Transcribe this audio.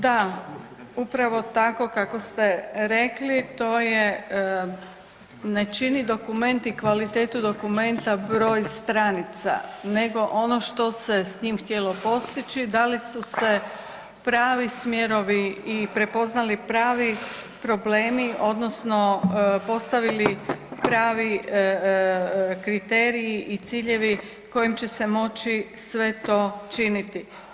Da, upravo tako kako ste rekli, to je, ne čini dokument i kvalitetu dokumenta broj stranica nego ono što se s njim htjelo postići, da li su se pravi smjerovi i prepoznali pravi problemi odnosno postavili pravi kriteriji i ciljevi kojim će se moći sve to činiti.